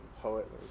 poet